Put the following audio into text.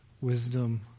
wisdom